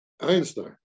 Einstein